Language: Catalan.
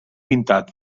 pintat